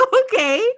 okay